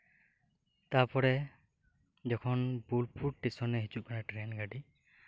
ᱛᱟᱨᱯᱚᱨᱮ ᱡᱚᱠᱷᱚᱱ ᱵᱳᱞᱯᱩᱨ ᱴᱮᱥᱚᱱᱮ ᱦᱤᱡᱩᱜ ᱠᱟᱱᱟ ᱴᱨᱮᱱ ᱜᱟᱹᱰᱤ